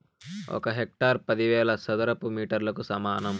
ఒక హెక్టారు పదివేల చదరపు మీటర్లకు సమానం